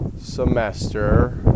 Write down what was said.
semester